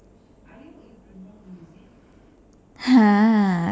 !huh!